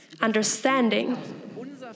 understanding